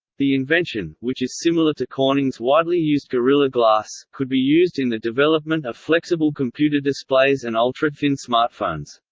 the invention, which is similar to corning's widely used gorilla glass, glass, could be used in the development of flexible computer displays and ultra-thin smartphones.